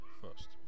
first